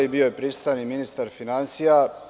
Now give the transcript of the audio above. Bio je prisutan i ministar finansija.